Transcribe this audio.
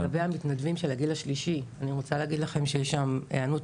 לגבי המתנדבים של הגיל השלישי אני רוצה להגיד לכם שיש שם היענות